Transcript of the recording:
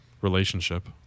relationship